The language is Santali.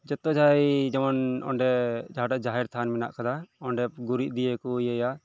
ᱡᱷᱚᱛᱚ ᱡᱟᱭ ᱡᱮᱢᱚᱱ ᱚᱸᱰᱮ ᱡᱟᱦᱟᱸᱴᱷᱮᱱ ᱡᱟᱦᱮᱨ ᱛᱷᱟᱱ ᱢᱮᱱᱟᱜ ᱟᱠᱟᱫᱟ ᱚᱸᱰᱮ ᱜᱩᱨᱤᱡ ᱫᱤᱭᱮ ᱠᱚ ᱤᱭᱟᱹᱭᱟ